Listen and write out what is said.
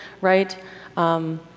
right